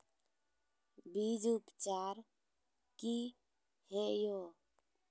बीज उपचार कि हैय?